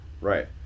Right